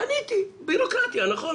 פניתי בירוקרטיה, נכון?